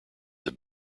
have